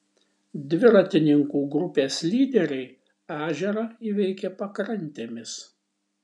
dviratininkų grupės lyderiai ežerą įveikė pakrantėmis